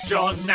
John